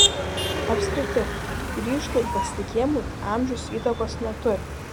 apskritai ryžtui ir pasitikėjimui amžius įtakos neturi